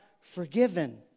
forgiven